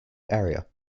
area